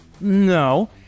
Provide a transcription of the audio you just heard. No